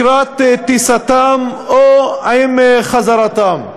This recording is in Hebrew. לקראת טיסתם, או עם חזרתם,